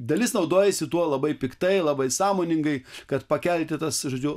dalis naudojasi tuo labai piktai labai sąmoningai kad pakelti tas žodžiu